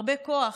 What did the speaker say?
הרבה כוח,